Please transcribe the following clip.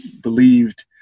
believed